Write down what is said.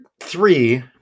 three